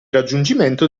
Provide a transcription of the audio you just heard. raggiungimento